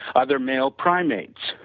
other male primates,